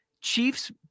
Chiefs